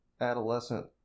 adolescent